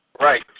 Right